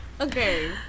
okay